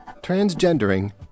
transgendering